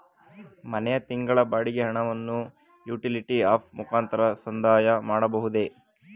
ಮನೆಯ ತಿಂಗಳ ಬಾಡಿಗೆ ಹಣವನ್ನು ಯುಟಿಲಿಟಿ ಆಪ್ ಮುಖಾಂತರ ಸಂದಾಯ ಮಾಡಬಹುದೇ?